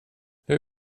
hur